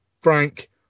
Frank